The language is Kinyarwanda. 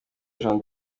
jean